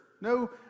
no